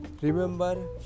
Remember